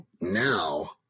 now